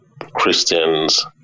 Christians